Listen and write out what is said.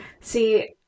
See